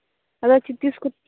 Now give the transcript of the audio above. ᱟᱫᱚ ᱛᱤᱥᱠᱩ